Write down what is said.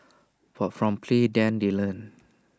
but from play than they learn